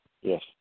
Yes